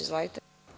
Izvolite.